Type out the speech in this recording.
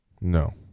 No